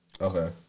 Okay